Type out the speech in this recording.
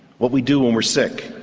what we do when we are sick,